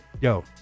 Yo